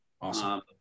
Awesome